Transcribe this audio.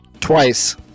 twice